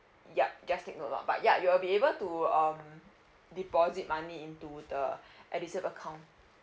yup just take note of but ya you will be able to um deposit money into the edusave account